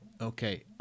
Okay